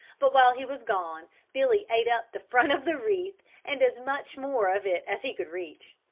but while he was gone billy ate up the front of the wreath and as much more of it as he could reach.